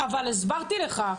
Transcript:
הסברתי לך,